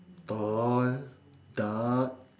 tall dark